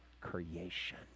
creation